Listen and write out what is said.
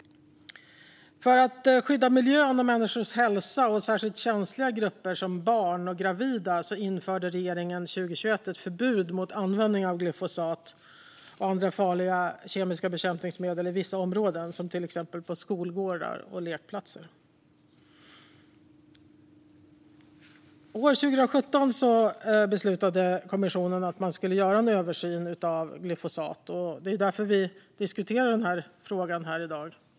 För att skydda miljön och människors hälsa, särskilt för känsliga grupper som barn och gravida, införde regeringen 2021 ett förbud mot användning av glyfosat och andra farliga kemiska bekämpningsmedel i vissa områden, som till exempel skolgårdar och lekplatser. År 2017 beslutade kommissionen att man skulle göra en översyn av glyfosat. Det är därför vi diskuterar frågan här i dag.